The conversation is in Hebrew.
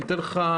אני אתן לך,